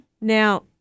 Now